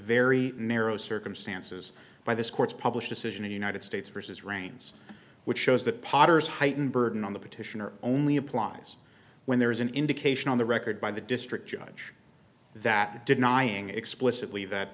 very narrow circumstances by this court's publish decision in united states versus rains which shows that potter's heightened burden on the petitioner only applies when there is an indication on the record by the district judge that denying explicitly that